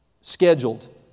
scheduled